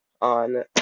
on